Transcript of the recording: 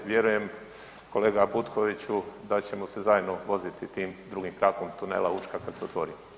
Vjerujem kolega Butkoviću da ćemo se zajedno voziti tim drugim krakom tunela Učka kad se otvori.